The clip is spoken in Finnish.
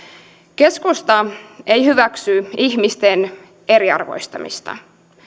keskusta ei hyväksy ihmisten eriarvoistamista